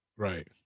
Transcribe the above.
Right